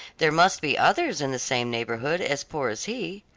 there must be others in the same neighborhood as poor as he.